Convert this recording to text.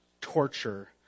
torture